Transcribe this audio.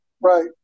Right